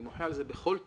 אני מוחה על זה בכל תוקף.